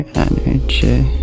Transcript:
energy